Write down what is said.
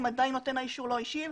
אם עדיין נותן האישור לא השיב,